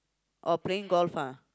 oh playing golf ah